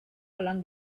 along